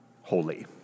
holy